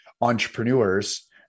entrepreneurs